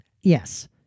Yes